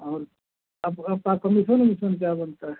और आपका पास कमीसन ओमीसन क्या बनता है